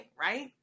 right